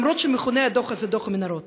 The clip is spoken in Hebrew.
למרות שהדוח הזה מכונה "דוח המנהרות",